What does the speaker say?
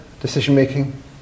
decision-making